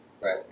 Right